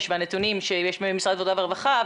והנתונים שיש במשרד העבודה והרווחה,